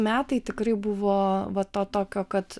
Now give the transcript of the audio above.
metai tikrai buvo va to tokio kad